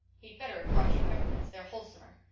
he'd better have brought you peppermints. they're wholesomer.